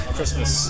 Christmas